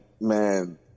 man